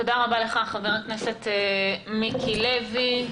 תודה רבה לך חבר הכנסת מיקי לוי.